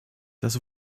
das